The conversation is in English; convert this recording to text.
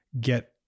get